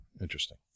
interesting